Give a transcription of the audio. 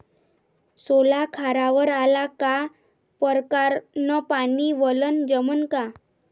सोला खारावर आला का परकारं न पानी वलनं जमन का?